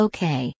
Okay